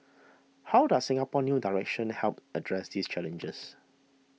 how does Singapore's new direction help address these challenges